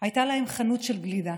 הייתה להם חנות של גלידה.